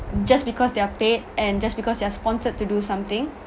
just because they're paid and just because they're sponsored to do something